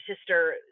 sister